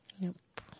Nope